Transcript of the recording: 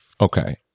Okay